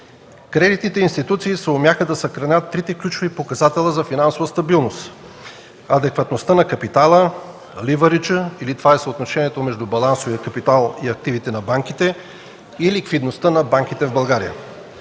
Кредитните институции съумяха да съхранят трите ключови показатели за финансова стабилност – адекватността на капитала, ливъриджа, или това е съотношението между балансовия капитал и активите на банките, и ликвидността на банките в България.